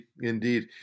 Indeed